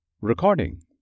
Recording